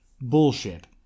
Bullshit